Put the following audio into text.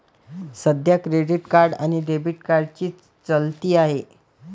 सध्या credit card आणि debit कार्डची चलती आहे